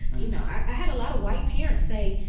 you know, i had a lot of white parents say,